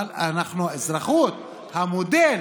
אבל האזרחות, המודל